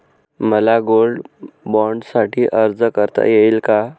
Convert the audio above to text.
मला गोल्ड बाँडसाठी अर्ज करता येईल का?